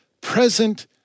present